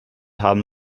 haben